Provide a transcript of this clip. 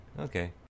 Okay